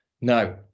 Now